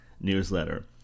Newsletter